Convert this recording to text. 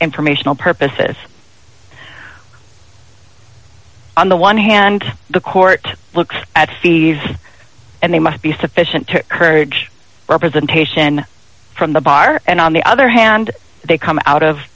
informational purposes on the one hand the court looks at fees and they must be sufficient to courage representation from the bar and on the other hand they come out of